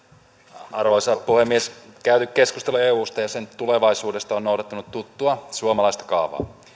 arvoisa puhemies käyty keskustelu eusta ja sen tulevaisuudesta on noudattanut tuttua suomalaista kaavaa